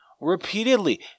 Repeatedly